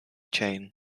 chain